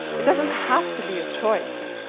it doesn't have to be a choice.